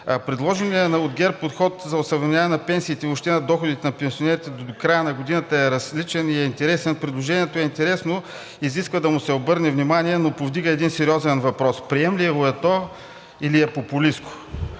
Предложеният от ГЕРБ подход за осъвременяване на пенсиите и въобще на доходите на пенсионерите до края на годината е различен и е интересен. Предложението е интересно, изисква да му се обърне внимание, но повдига един сериозен въпрос: приемливо ли е то, или е популистко?